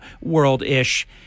world-ish